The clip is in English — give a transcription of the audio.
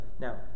Now